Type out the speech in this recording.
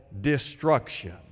destruction